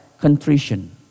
contrition